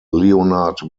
leonard